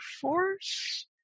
force